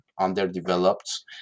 underdeveloped